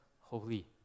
holy